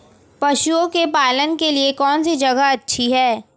पशुओं के पालन के लिए कौनसी जगह अच्छी है?